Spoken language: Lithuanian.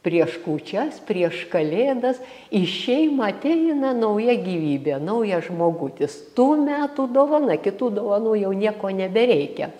prieš kūčias prieš kalėdas į šeimą ateina nauja gyvybė naujas žmogutis tų metų dovana kitų dovanų jau nieko nebereikia